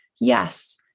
Yes